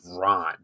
Ron